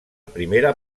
primera